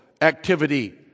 Activity